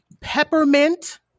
peppermint